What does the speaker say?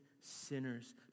sinners